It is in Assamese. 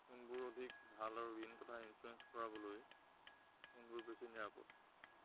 কোনবোৰ অধিক ভাল আৰু ঋণ কথা ইঞ্চুৰেঞ্চ কৰাবলৈ কোনবোৰ বেছি নিৰাপদ